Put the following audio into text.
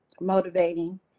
motivating